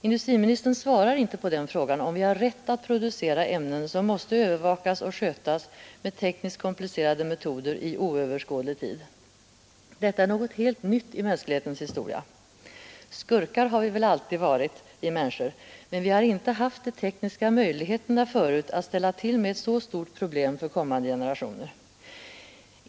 Industriministern svarar inte på frågan om vi har rätt att producera ämnen, som måste övervakas och skötas med tekniskt komplicerade metoder i oöverskådlig tid. Detta är något helt nytt i mänsklighetens historia. Skurkar har vi väl alltid varit, vi människor, men vi har inte förut haft de tekniska möjligheterna att ställa till med ett så stort problem för kommande generationer.